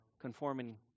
conforming